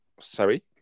Sorry